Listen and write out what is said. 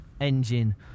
engine